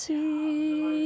See